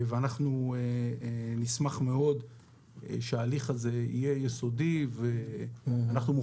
אנחנו נשמח מאוד שההליך הזה יהיה יסודי ומוכנים